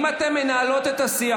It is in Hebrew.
אם אתן מנהלות את השיח,